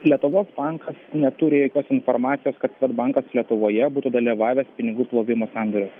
lietuvos bankas neturi jokios informacijos kad svedbankas lietuvoje būtų dalyvavęs pinigų plovimo sandoriuos